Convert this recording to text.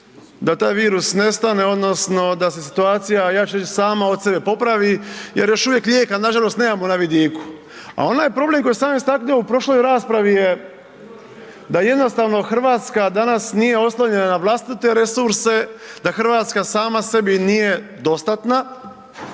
da taj virus nestane odnosno da se situacija ja ću reći sama od sebe popravi jer još uvijek lijeka nažalost nemamo na vidiku. A onaj problem koji sam ja istaknuo u prošloj raspravi je da jednostavno Hrvatska danas nije oslonjena na vlastite resurse, da Hrvatska sama sebi nije dostatna